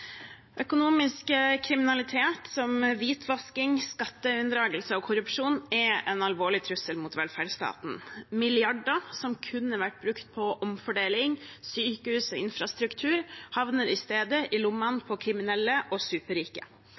Økonomisk kriminalitet som hvitvasking, skatteunndragelse og korrupsjon er en alvorlig trussel mot velferdsstaten. Milliarder som kunne vært brukt på omfordeling, sykehus og infrastruktur, havner i stedet i lommene på kriminelle og superrike.